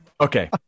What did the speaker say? Okay